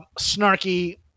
snarky